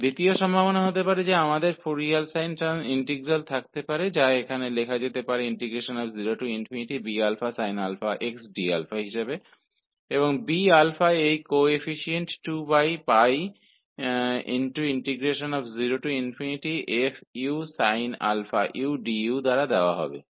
दूसरी संभावना में हमारे पास फ़ोरियर साइन इंटीग्रल हो सकता है जिसे यहां लिखा 0 B sinx d के रूप में लिखा जा सकता है और जहा Bα का मान इस गुणांक 2 0 f sin u du द्वारा दिया जाएगा